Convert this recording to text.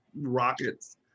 rockets